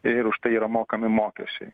ir už tai yra mokami mokesčiai